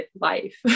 life